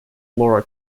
lara